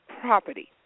property